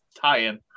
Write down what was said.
tie-in